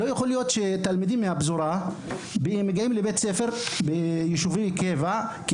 לא יכול להיות שתלמידים מהפזורה מגיעים לבתי ספר ביישובי קבע כי